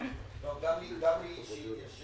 גם לי אישית יש